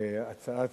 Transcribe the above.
הצעת,